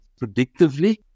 predictively